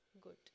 Good